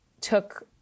took